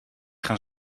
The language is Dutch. gaan